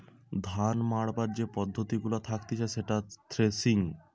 ধান মাড়াবার যে পদ্ধতি গুলা থাকতিছে সেটা থ্রেসিং